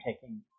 taking